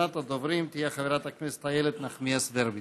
אחרונת הדוברים תהיה חברת הכנסת איילת נחמיאס ורבין.